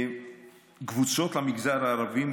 קבוצות המגזר הערבי,